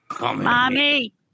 Mommy